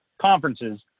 conferences